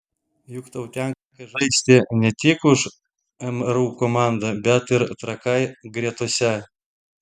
juk tau tenka žaisti ne tik už mru komandą bet ir trakai gretose